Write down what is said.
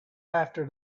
after